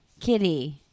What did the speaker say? Kitty